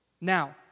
Now